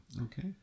Okay